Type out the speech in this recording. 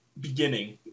beginning